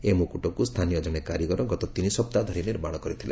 ଏହି ମୁକୁଟକୁ ସ୍ଥାନୀୟ ଜଣେ କାରିଗର ଗତ ତିନିସପ୍ତାହ ଧରି ନିର୍ମାଣ କରିଥିଲେ